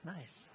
Nice